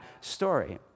story